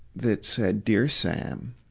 that said, dear sam